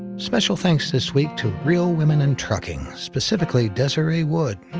special thanks this week to real women in trucking, specifically desiree wood,